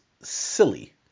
silly